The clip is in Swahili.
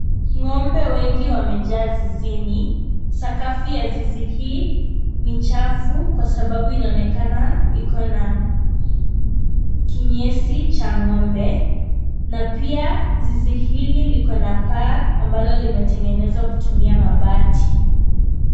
Ng'ombe wengi wamejaa zizini. Sakafu ya zizi hili ni chafu kwa sababu inaonekana iko na kinyesi cha ng'ombe na pia zizi hiko liko na paa ambalo limetengenezwa kutumia mabati.